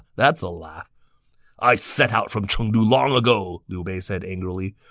that's a laugh i set out from chengdu long ago, liu bei said angrily.